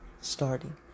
starting